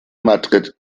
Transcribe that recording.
madrid